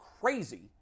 crazy